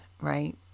right